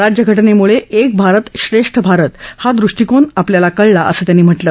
राज्यघटनेम्ळे एक भारत श्रेष्ठ भारत हा दृष्टिकोन आ ल्याला कळला असं त्यांनी म्हटलं